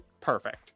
perfect